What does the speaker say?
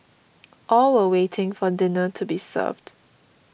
all were waiting for dinner to be served